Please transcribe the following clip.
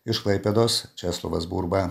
iš klaipėdos česlovas burba